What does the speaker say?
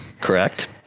correct